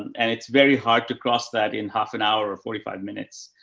and it's very hard to cross that in half an hour or forty five minutes.